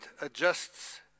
adjusts